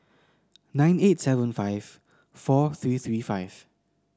nine eight seven five four three three five